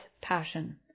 passion